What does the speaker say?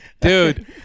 Dude